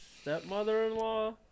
stepmother-in-law